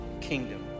kingdom